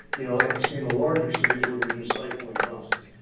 you know like you see in the larger cities, where you're just cycling buses.